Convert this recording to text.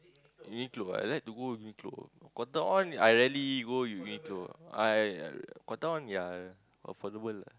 you need to I like to go Uniqlo Cotton-on I rarely go Uniqlo I Cotton-on yea affordable lah